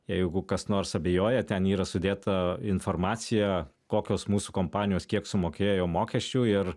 jeigu kas nors abejoja ten yra sudėta informacija kokios mūsų kompanijos kiek sumokėjo mokesčių ir